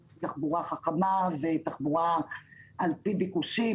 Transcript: אנחנו בעד תחבורה חכמה ותחבורה על פי ביקושים.